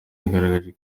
yagaragaje